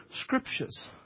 scriptures